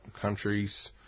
countries